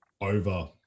over